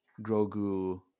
Grogu